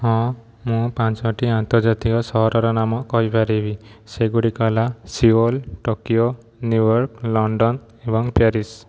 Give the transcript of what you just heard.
ହଁ ମୁଁ ପାଞ୍ଚଟି ଆନ୍ତର୍ଜାତୀୟ ସହରର ନାମ କହିପାରିବି ସେଗୁଡ଼ିକ ହେଲା ସିଓଲ ଟୋକିଓ ନିଉଅର୍କ ଲଣ୍ଡନ ଏବଂ ପ୍ୟାରିସ